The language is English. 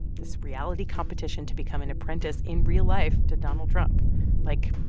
this reality competition to become an apprentice in real life to donald trump like,